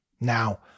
Now